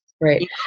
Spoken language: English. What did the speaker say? Right